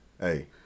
Hey